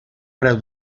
preu